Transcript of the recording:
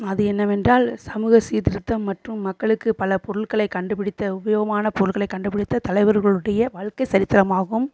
அது என்னவென்றால் சமூக சீர்திருத்தம் மற்றும் மக்களுக்கு பல பொருட்களை கண்டுபிடித்த உபயோகமான பொருட்களை கண்டுபிடித்த தலைவர்களுடைய வாழ்க்கை சரித்திரமாகும்